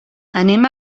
anem